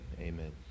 amen